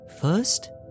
First